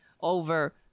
over